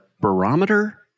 barometer